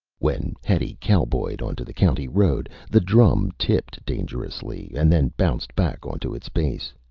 when hetty cowboyed onto the county road, the drum tipped dangerously and then bounced back onto its base.